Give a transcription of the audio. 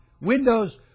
Windows